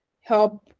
help